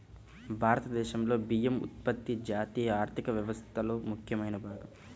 భారతదేశంలో బియ్యం ఉత్పత్తి జాతీయ ఆర్థిక వ్యవస్థలో ముఖ్యమైన భాగం